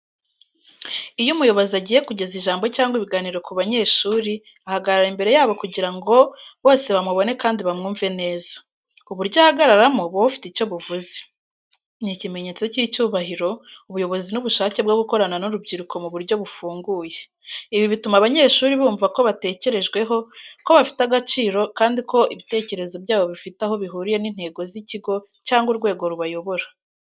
Iyo umuyobozi agiye kugeza ijambo cyangwa ibiganiro ku banyeshuri, ahagarara imbere yabo kugira ngo bose bamubone kandi bamwumve neza. Uburyo ahagararamo buba bufite icyo buvuze: Ni ikimenyetso cy'icyubahiro, ubuyobozi n’ubushake bwo gukorana n’urubyiruko mu buryo bufunguye. Ibi bituma abanyeshuri bumva ko batekerejweho, ko bafite agaciro, kandi ko ibitekerezo byabo bifite aho bihuriye n’intego z’ikigo cyangwa urwego rubayobora.